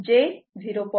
16 j 0